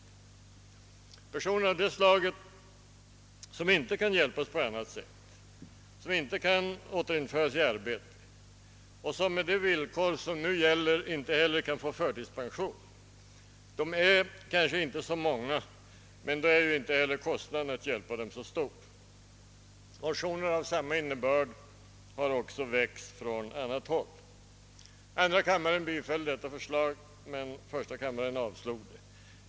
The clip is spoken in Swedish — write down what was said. De personer av det slaget, som inte kan hjälpas på annat sätt och inte kan återinföras i arbetet och som med de villkor som nu gäller inte kan erhålla förtidspension är kanske inte så många, men då är ju inte heller kostnaderna för att hjälpa dem så stora. Motioner med samma innebörd har också väckts från annat håll. Andra kammaren biföll det förslaget, men första kammaren avslog det.